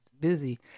busy